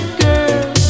girl